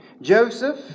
Joseph